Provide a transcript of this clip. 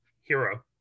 Hero